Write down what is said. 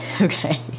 Okay